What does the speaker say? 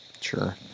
Sure